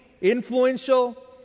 influential